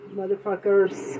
motherfuckers